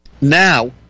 Now